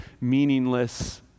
meaningless